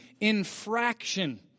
infraction